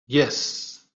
yes